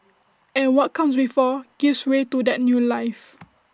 and what comes before gives way to that new life